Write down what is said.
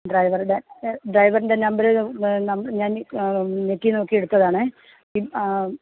ഡ്രൈവറുടെ ഡ്രൈവറിന്റെ നമ്പർ ഞാൻ നെറ്റി നോക്കി എടുത്തതാണേ